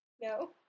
No